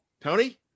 Tony